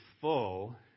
full